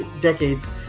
decades